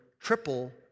triple